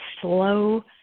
slow